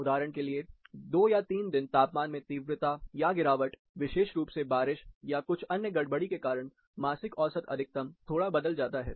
उदाहरण के लिए 2 या 3 दिन तापमान में तीव्रता या गिरावट विशेष रूप से बारिश या कुछ अन्य गड़बड़ी के कारण मासिक औसत अधिकतम थोड़ा बदल जाता है